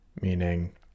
Meaning